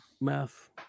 math